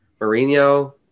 Mourinho